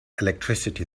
electricity